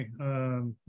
Okay